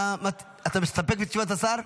אתה מסתפק בתשובת השר?